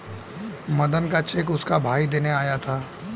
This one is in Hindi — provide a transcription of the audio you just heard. मदन का चेक उसका भाई देने आया था